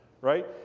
Right